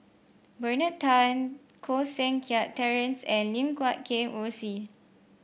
Bernard Tan Koh Seng Kiat Terence and Lim Guat Kheng Rosie